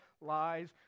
lies